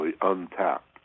untapped